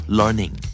learning